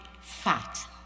fat